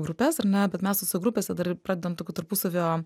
grupes ar ne bet mes tose grupėse dar ir pradedam tokių tarpusavio